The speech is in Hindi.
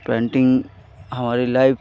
पेन्टिन्ग हमारी लाइफ़